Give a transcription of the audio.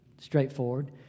straightforward